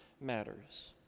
matters